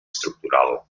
estructural